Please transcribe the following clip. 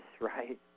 right